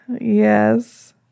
Yes